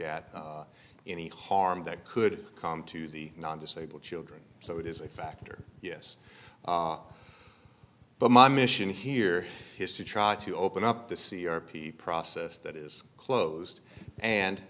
at any harm that could come to the non disabled children so it is a factor yes but my mission here his to try to open up the c r p process that is closed and